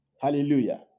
Hallelujah